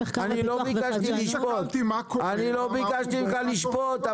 לא ביקשתי ממך לשפוט,